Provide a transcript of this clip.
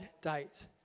date